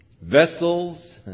Vessels